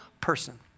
person